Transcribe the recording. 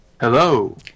Hello